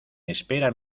espera